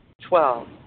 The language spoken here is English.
Twelve